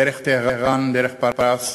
דרך טהרן, דרך פרס.